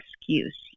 excuse